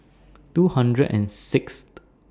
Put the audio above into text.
two hundred and six